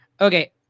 okay